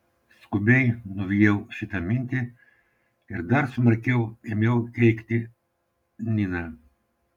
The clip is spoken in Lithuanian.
skubiai nuvijau šitą mintį ir dar smarkiau ėmiau keikti niną